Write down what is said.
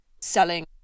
selling